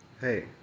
hey